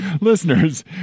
listeners